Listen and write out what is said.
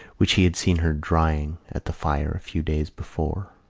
which he had seen her drying at the fire a few days before.